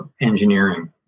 engineering